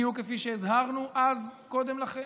בדיוק כפי שהזהרנו אז, קודם לכן,